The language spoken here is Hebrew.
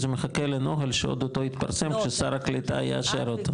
שזה מחכה לנוהל שאוטוטו יתפרסם ששר הקליטה יאשר אותו.